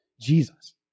Jesus